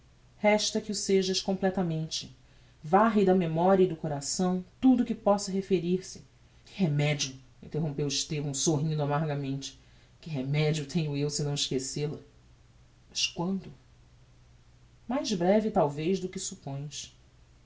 resta o que sejas completamente varre da memoria e do coração tudo o que possa referir-se que remedio interrompeu estevão sorrindo amargamente que remedio tenho eu se não esquece la mas quando mais breve talvez do que suppões